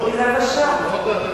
רבע שעה.